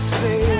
say